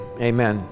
amen